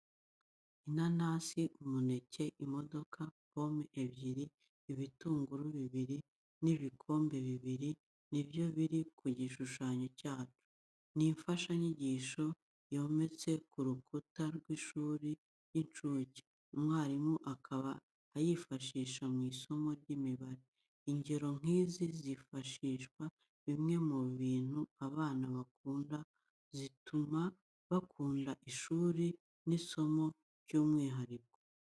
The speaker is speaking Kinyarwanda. Inanasi, umuneke, imodoka, pome ebyiri, ibitunguru bibiri n'ibikombe bibiri nibyo biri ku gishushanyo cyacu. Ni imfashanyigisho yometse ku rukuta rw'ishuri ry'incuke, umwarimu akaba ayifashisha mu isomo ry'imibare. Ingero nk'izi zifashisha bimwe mu bintu abana bakunda zituma bakunda ishuri n'isomo by'umwihariko.